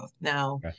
Now